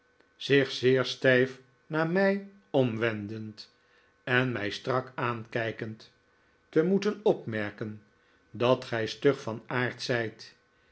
zich zeer stijf naar mij omwendend en mij strak aankijkend te moeten opmerken dat gij stug van aard zijt